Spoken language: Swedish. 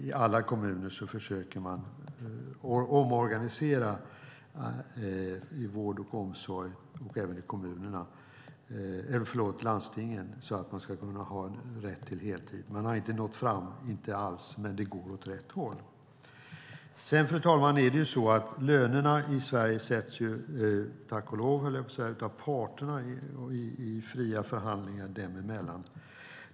I alla kommuner försöker man omorganisera vård och omsorg, liksom i landstingen, så att man ska kunna ha rätt till heltid. Man har inte alls nått fram, men det går åt rätt håll. Fru talman! Lönerna i Sverige sätts tack och lov, höll jag på att säga, av parterna i fria förhandlingar dem emellan.